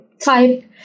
type